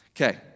Okay